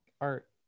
art